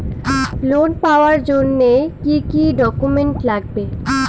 Loan পাওয়ার জন্যে কি কি ডকুমেন্ট লাগবে?